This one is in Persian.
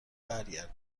برگردید